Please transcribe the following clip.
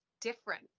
different